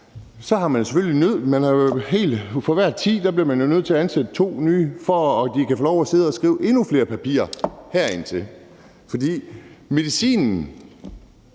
er man jo blevet nødt til at ansætte to nye, for at de kan få lov at sidde og skrive endnu flere papirer herind. For medicinen